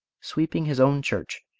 sweeping his own church,